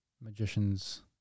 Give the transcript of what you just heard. magician's